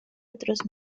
otros